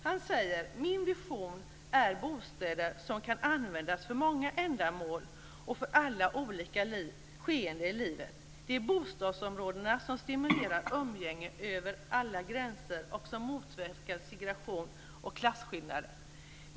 Han säger: "Min vision är bostäder som kan användas för många ändamål och för alla olika skeden i livet. Det är bostadsområden som stimulerar umgänge över alla gränser och som motverkar segregation och klasskillnader."